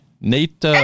Nate